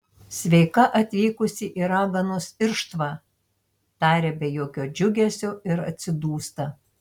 sveika atvykusi į raganos irštvą taria be jokio džiugesio ir atsidūsta